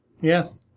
Yes